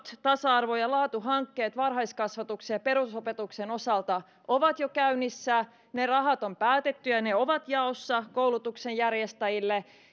isot tasa arvo ja laatuhankkeet varhaiskasvatuksen ja perusopetuksen osalta ovat jo käynnissä ne rahat on päätetty ja ne ovat jaossa koulutuksenjärjestäjille